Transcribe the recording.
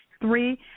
three